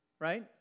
right